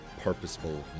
purposeful